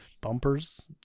bumpers